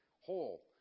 whole